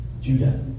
Judah